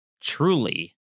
truly